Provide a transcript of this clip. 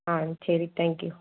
ஆ சரி thank you